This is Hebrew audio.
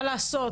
מה לעשות,